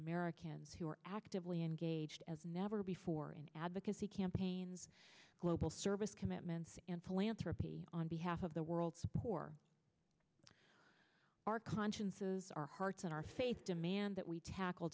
americans who are actively engaged as never before in advocacy campaigns global service commitments in philanthropy on behalf of the world's poor our consciences our hearts and our faith demand that we tackle